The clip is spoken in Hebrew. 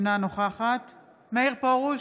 אינה נוכחת מאיר פרוש,